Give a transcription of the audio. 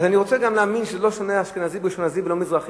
אז אני רוצה להאמין שהוא לא שונא אשכנזי כי הוא אשכנזי ולא מזרחי,